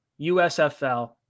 USFL